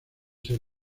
ser